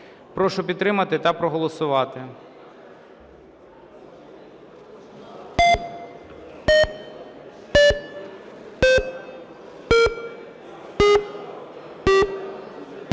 Прошу підтримати та проголосувати.